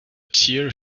tear